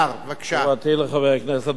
תשובתי לחבר הכנסת ברכה: